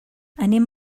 anem